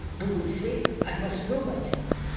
do we say, i must know myself,